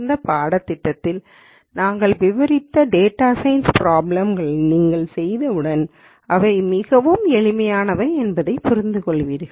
இந்த பாடத்திட்டத்தில் நாங்கள் விவரித்த டேட்டா சயின்ஸ் ப்ராப்ளம் கள் நீங்கள் செய்தவுடன் அவை மிகவும் எளிமையானவை என்பதை புரிந்து கொள்வீர்கள்